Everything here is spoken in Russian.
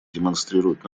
демонстрируют